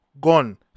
gone